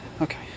Okay